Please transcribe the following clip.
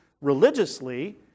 religiously